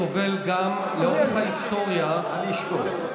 העם היהודי התברך בהרבה תכונות טובות,